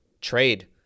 trade